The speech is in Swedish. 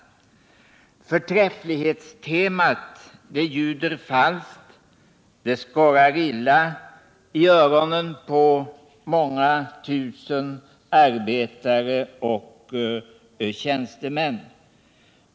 Förträfflighetstemat ljuder falskt och det skorrar illa i öronen på många tusen arbetare och tjänstemän.